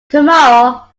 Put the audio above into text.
tomorrow